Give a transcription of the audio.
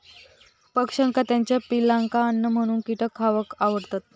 पक्ष्यांका त्याच्या पिलांका अन्न म्हणून कीटक खावक आवडतत